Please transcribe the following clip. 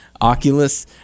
Oculus